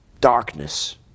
Darkness